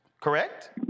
correct